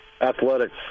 Athletics